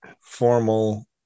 formal